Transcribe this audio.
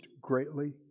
greatly